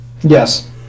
Yes